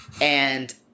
And-